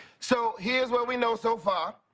so here's what we know so far.